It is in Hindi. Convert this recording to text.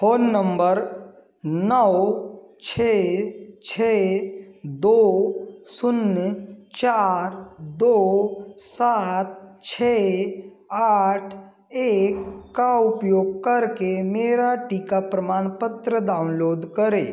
फ़ोन नंबर नौ छः छः दो शून्य चार दो सात छः आठ एक का उपयोग करके मेरा टीका प्रमाणपत्र डाउनलोड करें